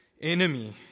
enemy